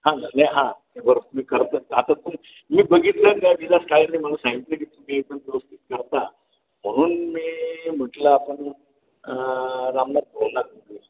हां नाही हां ते बरोबर मी करतो आताच पण मी बघितलं त्या विलास काळेने मला सांगितलं पण व्यवस्थित करता म्हणून मी म्हटलं आपण रामनाथ भुवनाचं करू